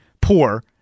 poor